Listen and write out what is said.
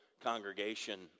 congregation